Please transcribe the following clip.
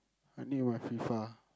I need my FIFA